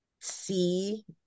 see